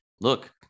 look